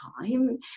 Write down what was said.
time